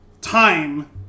time